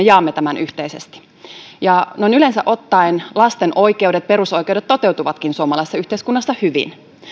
jaamme tämän yhteisesti noin yleensä ottaen lasten oikeudet perusoikeudet toteutuvatkin suomalaisessa yhteiskunnassa hyvin